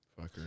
Fucker